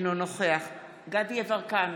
אינו נוכח דסטה גדי יברקן,